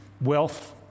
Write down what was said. wealth